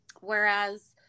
whereas